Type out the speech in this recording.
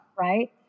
right